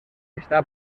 està